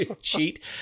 cheat